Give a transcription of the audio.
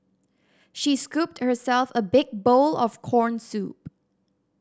she scooped herself a big bowl of corn soup